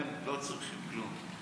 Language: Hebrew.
הם לא צריכים כלום.